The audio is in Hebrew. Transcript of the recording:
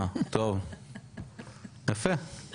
יפה,